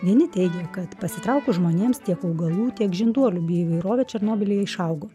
vieni teigia kad pasitraukus žmonėms tiek augalų tiek žinduolių įvairovė černobylyje išaugo